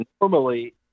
normally